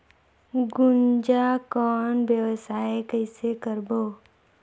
गुनजा कौन व्यवसाय कइसे करबो?